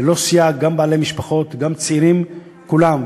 ללא סייג, גם בעלי משפחות וגם צעירים, כולם.